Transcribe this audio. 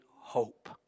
hope